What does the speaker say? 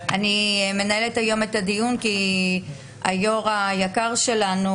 אני מנהלת היום את הדיון כי היושב-ראש היקר שלנו,